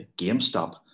GameStop